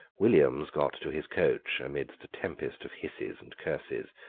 williams got to his coach amidst a tempest of hisses and curses.